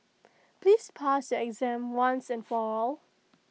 please pass exam once and for all